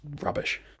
rubbish